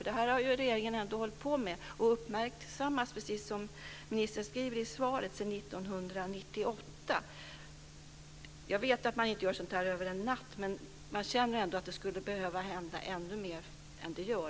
Det här har ju ändå regeringen hållit på med och uppmärksammat, precis som ministern skriver i svaret, sedan 1998. Jag vet att man inte gör sådant här över en natt, men man känner ändå att det skulle behöva hända ännu mer än det gör.